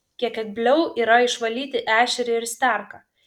kiek kebliau yra išvalyti ešerį ir sterką